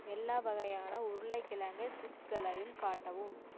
எல்லா வகையான உருளைக்கிழங்கு சிப்ஸுகளையும் காட்டவும்